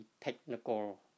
technical